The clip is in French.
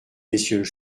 messieurs